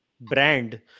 brand